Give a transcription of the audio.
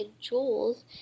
jewels